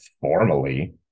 formally